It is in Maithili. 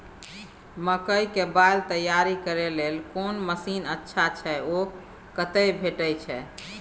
मकई के बाईल तैयारी करे के लेल कोन मसीन अच्छा छै ओ कतय भेटय छै